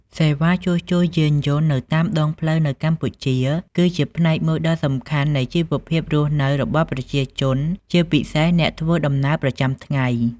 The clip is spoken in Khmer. សេវាជួសជុលយានយន្តនៅតាមដងផ្លូវនៅកម្ពុជាគឺជាផ្នែកមួយដ៏សំខាន់នៃជីវភាពរស់នៅរបស់ប្រជាជន ជាពិសេសអ្នកធ្វើដំណើរប្រចាំថ្ងៃ។